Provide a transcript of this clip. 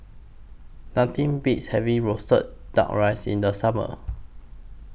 Nothing Beats having Roasted Duck Rice in The Summer